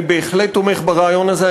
אני בהחלט תומך ברעיון הזה,